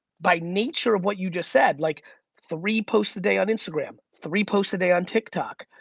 by nature of what you just said. like three posts a day on instagram, three posts a day on tik tok,